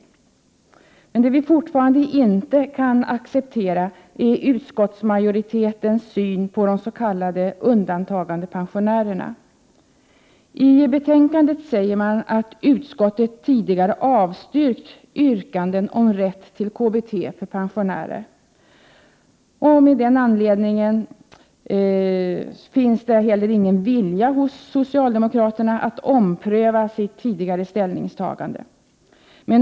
Något vi emellertid fortfarande inte kan acceptera är utskottsmajoritetens syn på de s.k. undantagandepensionärerna. I betänkandet säger majoriteten att utskottet tidigare avstyrkt yrkanden om rätt till KBT för dessa pensionärer, och av denna anledning har socialdemokraterna ingen vilja att ompröva sitt ställningstagande.